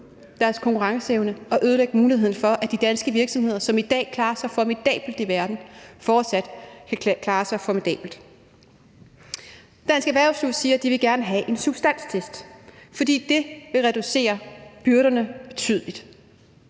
deres konkurrenceevne og ødelægge muligheden for, at de danske virksomheder, som i dag klarer sig formidabelt i verden, fortsat kan klare sig formidabelt. Dansk erhvervsliv siger, at de gerne vil have en substanstest, fordi det vil reducere byrderne betydeligt.